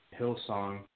Hillsong